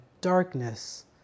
darkness